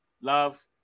love